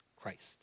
Christ